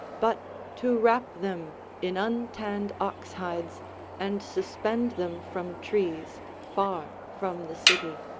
but to wrap them in untanned oxhides and suspend them from trees far from the city.